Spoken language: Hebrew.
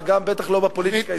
ובטח לא בפוליטיקה הישראלית.